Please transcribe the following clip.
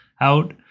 out